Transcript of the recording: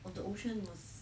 of the ocean was